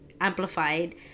amplified